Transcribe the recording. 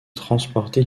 transporter